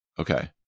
okay